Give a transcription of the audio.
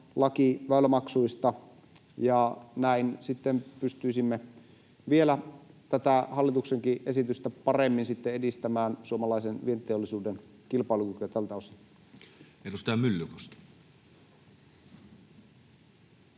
laki väylämaksuista, ja näin sitten pystyisimme vielä tätä hallituksen esitystäkin paremmin edistämään suomalaisen vientiteollisuuden kilpailukykyä tältä osin. [Speech 52]